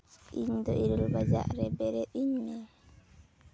ᱤᱧ ᱫᱚ ᱤᱨᱟᱹᱞ ᱵᱟᱡᱟᱜ ᱨᱮ ᱵᱮᱨᱮᱫ ᱤᱧ ᱢᱮ